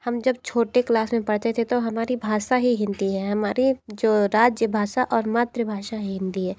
हम जब छोटे क्लास में पढ़ते थे तो हमारी भाषा ही हिंदी है हमारी जो राज्यभाषा और मातृभाषा हिंदी है